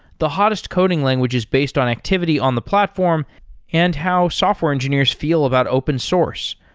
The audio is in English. the hottest coding languages based on activity on the platform and how software engineers feel about open source.